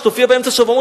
שתופיע באמצע השבוע.